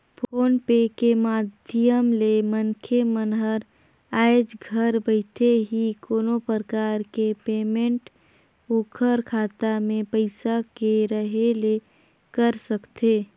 phone पे के माधियम ले मनखे मन हर आयज घर बइठे ही कोनो परकार के पेमेंट ओखर खाता मे पइसा के रहें ले कर सकथे